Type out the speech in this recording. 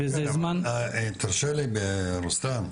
תרשה לי רוסלאן,